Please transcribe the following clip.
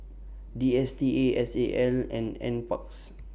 D S T A S A L and N Parks